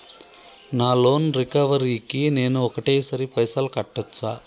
నా loan recovery కి నేను ఒకటేసరి పైసల్ కట్టొచ్చా?